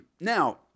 Now